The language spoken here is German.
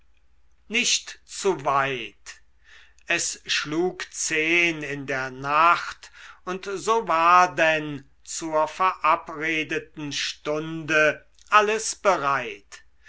nicht zu weit es schlug zehn in der nacht und so war denn zur verabredeten stunde alles bereit